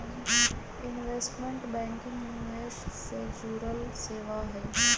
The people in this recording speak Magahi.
इन्वेस्टमेंट बैंकिंग निवेश से जुड़ल सेवा हई